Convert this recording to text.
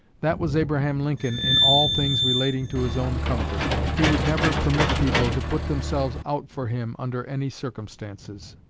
that was abraham lincoln in all things relating to his own comfort. he would never permit people to put themselves out for him under any circumstances.